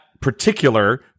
particular